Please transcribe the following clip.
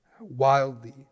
wildly